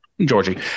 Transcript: Georgie